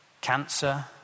cancer